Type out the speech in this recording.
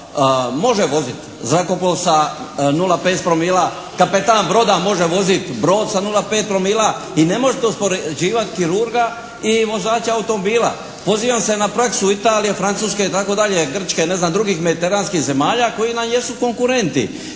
može voziti zrakoplov sa 0,5 promila, kapetan broda može voziti brod sa 0,5 promila i ne možete uspoređivati kirurga i vozača automobila. Pozivam se na praksu u Italiji, Francuske itd., Grčke, ne znam drugih mediteranskih zemalja koje nam jesu konkurenti.